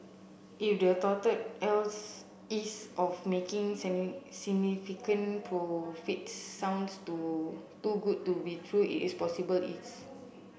if the touted else ease of making significant profits sounds too too good to be true it possibly is